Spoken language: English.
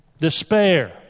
despair